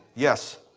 yes,